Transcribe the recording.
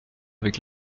avec